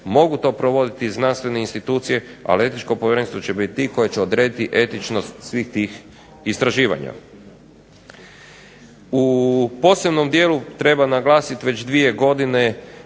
mogu to provoditi i znanstvene institucije, ali etičko povjerenstvo će biti ti koji će odrediti etičnost svih tih istraživanja. U posebnom dijelu treba naglasit već dvije godine